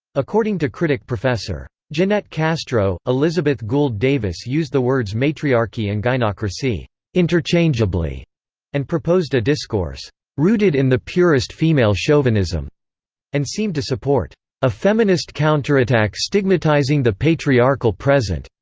according to critic prof. ah so ginette castro, elizabeth gould davis used the words matriarchy and gynocracy interchangeably and proposed a discourse rooted in the purest female chauvinism and seemed to support a feminist counterattack stigmatizing the patriarchal present,